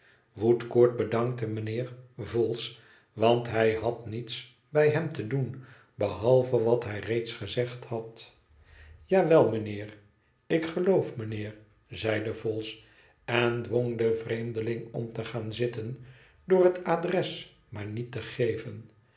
woodcourt bedankte mijnheer vholes want hij had niets bij hem te doen behalve wat hij reeds gezegd had ja wel mijnheer ik geloof mijnheer zeide vholes en dwong den vreemdeling om te gaan zitten door het adres maar niet te geven